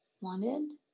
wanted